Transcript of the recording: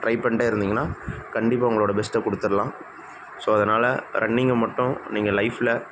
try பண்ணிகிட்டே இருந்தீங்கன்னால் கண்டிப்பாக உங்களோடய பெஸ்ட்டை கொடுத்துட்லாம் ஸோ அதனால் ரன்னிங்கை மட்டும் நீங்கள் லைஃப்பில்